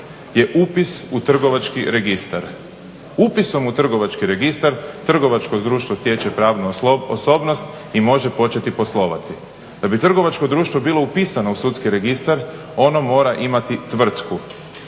je upis u trgovački registar. Upisom u trgovački registar trgovačko društvo stječe pravnu osobnost i može početi poslovati. Da bi trgovačko društvo bilo upisano u sudski registar ono mora imati tvrtku.